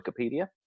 Wikipedia